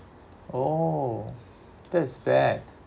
oh that is bad